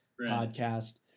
podcast